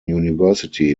university